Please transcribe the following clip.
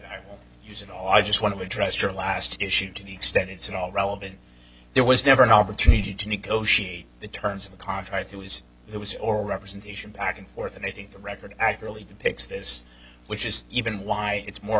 i will use it all i just want to address your last issue to the extent it's in all relevant there was never an opportunity to negotiate the terms of the contract that was it was or representation back and forth and i think the record accurately depicts this which is even why it's more